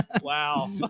Wow